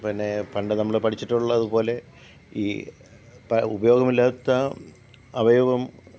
പിന്നെ പണ്ട് നമ്മൾ പഠിച്ചിട്ടുള്ളത് പോലെ ഈ ഉപയോഗമില്ലാത്ത അവയവം